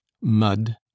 Mud